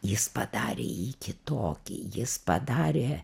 jis padarė jį kitokį jis padarė